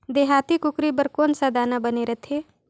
देहाती कुकरी बर कौन सा दाना बने रथे?